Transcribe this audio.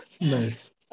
nice